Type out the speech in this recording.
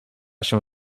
się